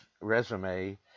resume